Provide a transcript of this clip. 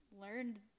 learned